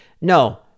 no